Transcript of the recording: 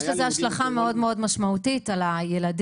יש לזה השלכה מאוד מאוד משמעותית על הילדים,